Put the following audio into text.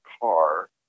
car